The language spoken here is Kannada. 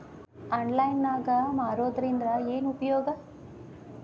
ಆನ್ಲೈನ್ ನಾಗ್ ಮಾರೋದ್ರಿಂದ ಏನು ಉಪಯೋಗ?